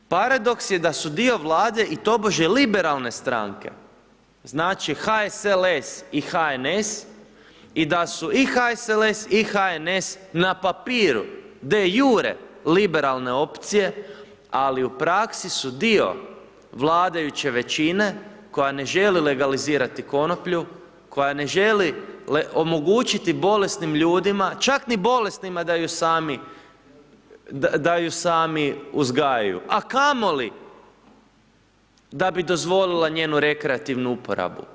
Paradoks je da su dio Vlade i tobože liberalne strane, znači HSLS i HNS i da su i HSLS i HNS na papiru de jure liberalne opcije, ali u praksi su dio vladajuće većine koja ne želi legalizirati konoplju, koja ne želi omogućiti bolesnim ljudima čak ni bolesnima da ju sami uzgajaju, a kamoli da bi dozvolila njenu rekreativu uporabu.